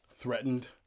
Threatened